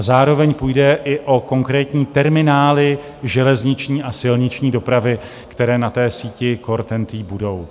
Zároveň půjde i o konkrétní terminály železniční a silniční dopravy, které na té síti core TENT budou.